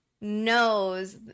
knows